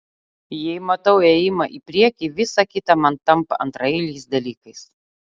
jei matau ėjimą į priekį visa kita man tampa antraeiliais dalykais